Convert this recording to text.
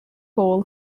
all